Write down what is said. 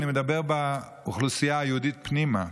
אני מדבר על האוכלוסייה היהודית פנימה,